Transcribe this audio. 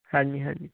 ਹਾਂਜੀ ਹਾਂਜੀ